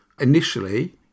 initially